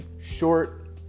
short